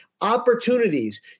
opportunities